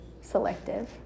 selective